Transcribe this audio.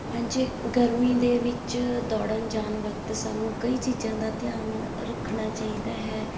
ਹਾਂਜੀ ਗਰਮੀ ਦੇ ਵਿੱਚ ਦੌੜਨ ਜਾਣ ਵਕਤ ਸਾਨੂੰ ਕਈ ਚੀਜ਼ਾਂ ਦਾ ਧਿਆਨ ਰੱਖਣਾ ਚਾਹੀਦਾ ਹੈ